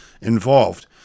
involved